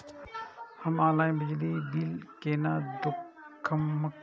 हम ऑनलाईन बिजली बील केना दूखमब?